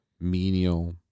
menial